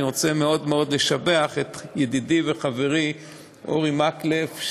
אני רוצה מאוד מאוד לשבח את ידידי וחברי אורי מקלב,